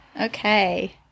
Okay